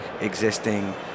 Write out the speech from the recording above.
existing